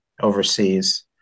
overseas